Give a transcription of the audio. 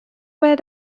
باید